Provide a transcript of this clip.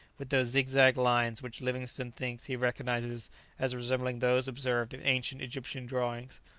with those zigzag lines which livingstone thinks he recognizes as resembling those observed in ancient egyptian drawings.